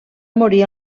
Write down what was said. morir